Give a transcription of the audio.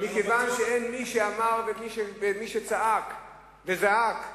מכיוון שלא היה מי שאמר ומי שצעק וזעק,